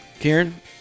Kieran